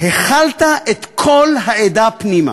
הכלת את כל העדה פנימה,